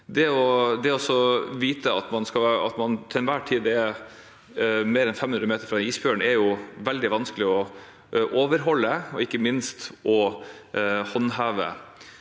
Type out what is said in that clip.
over det. Til enhver tid å være mer enn 500 meter fra isbjørn, er veldig vanskelig å overholde og ikke minst håndheve.